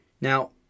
Now